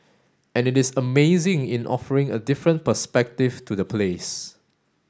and it is amazing in offering a different perspective to the place